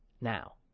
now